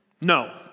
No